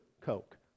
Coke